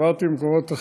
אמרתי במקומות אחרים,